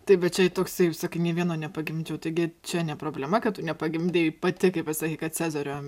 taip bet čia toksai sakai nė vieno nepagimdžiau taigi čia ne problema kad tu nepagimdei pati kai pasakė kad cezario